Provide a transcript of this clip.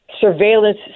surveillance